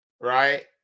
right